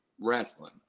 wrestling